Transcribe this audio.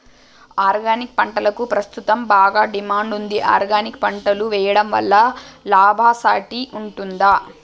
Organic పంటలకు ప్రస్తుతం బాగా డిమాండ్ ఉంది ఆర్గానిక్ పంటలు వేయడం వల్ల లాభసాటి ఉంటుందా?